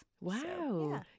Wow